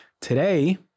today